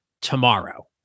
tomorrow